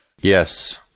Yes